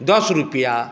दस रुपैआ